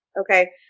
Okay